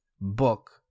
book